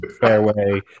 fairway